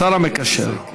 השר המקשר.